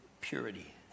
purity